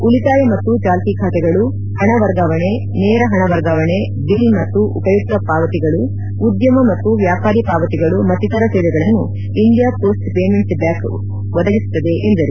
ಉಳಿತಾಯ ಮತ್ತು ಚಾಲ್ತಿ ಖಾತೆಗಳು ಹಣ ವರ್ಗಾವಣೆ ನೇರ ಹಣ ವರ್ಗಾವಣೆ ಬಿಲ್ ಮತ್ತು ಉಪಯುಕ್ತ ಪಾವತಿಗಳು ಉದ್ಯಮ ಮತ್ತು ವ್ಯಾಪಾರಿ ಪಾವತಿಗಳು ಮತ್ತಿತರ ಸೇವೆಗಳನ್ನು ಇಂಡಿಯಾ ಸೋಸ್ಟ್ ಪೇಮೆಂಟ್ಸ್ ಬ್ಯಾಂಕ್ ಒದಗಿಸುತ್ತದೆ ಎಂದರು